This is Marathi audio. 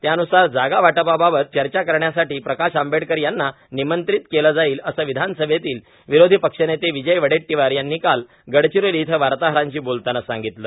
त्यान्सार जागा वाटपाबाबत चर्चा करण्यासाठी प्रकाश आंबेडकर यांना निमंत्रित केलं जाईल असं विधानसभेतले विरोधी पक्षनेते विजय वडेट्टीवार यांनी काल गडचिरोली इथं वार्ताहरांशी बोलतांना सांगितलं